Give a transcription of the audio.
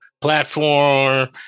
platform